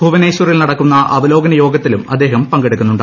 ഭുവനേശ്വറിൽ നടക്കുന്ന അവലോകന യോഗത്തിലും അദ്ദേഹം പങ്കെടുക്കുന്നുണ്ട്